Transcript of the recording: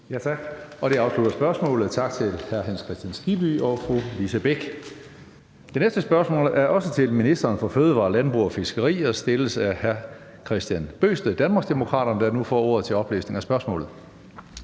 Tak. Det afslutter spørgsmålet, så tak til hr. Hans Kristian Skibby og fru Lise Bech. Det næste spørgsmål er også til ministeren for fødevarer, landbrug og fiskeri og stilles af hr. Kristian Bøgsted, Danmarksdemokraterne. Kl. 16:02 Spm. nr. S 500 (omtrykt)